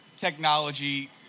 technology